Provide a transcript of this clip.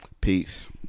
Peace